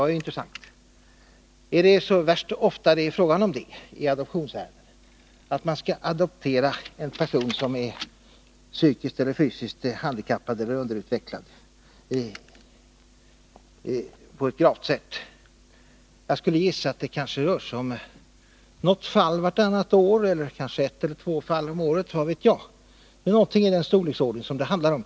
Är det då så värst ofta i ett adoptionsärende fråga om att man skall adoptera en person som är psykiskt eller fysiskt handikappad eller underutvecklad på ett gravt sätt? Jag skulle gissa att det kanske rör sig om något fall vartannat år eller kanske ett eller två fall om året — vad vet jag. Det är problem i den storleksordningen som det handlar om.